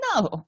No